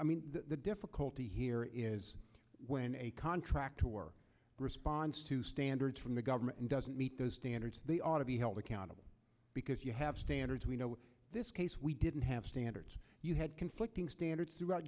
i mean the difficulty here is when a contractor work response to standards from the government doesn't meet those standards they ought to be held accountable because you have standards we know this case we didn't have standards you had conflicting standards throughout